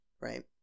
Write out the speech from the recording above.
right